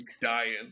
dying